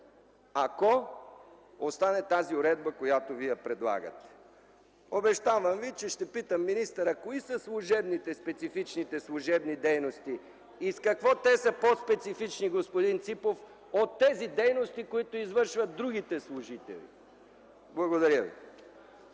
ако остане тази уредба, която вие предлагате. Обещавам ви, че ще питам министъра кои са специфичните служебни дейности и с какво те са по-специфични, господин Ципов, от тези дейности, които извършват другите служители? Благодаря ви.